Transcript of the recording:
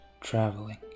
traveling